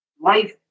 life